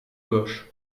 gauche